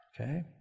Okay